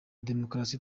demokrasi